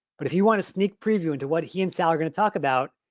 but if you want a sneak preview into what he and sal are gonna talk about,